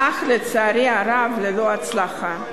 אך לצערי הרב בלא הצלחה.